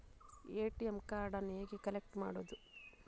ATM ಕಾರ್ಡನ್ನು ಹೇಗೆ collect ಮಾಡುವುದು?